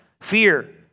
Fear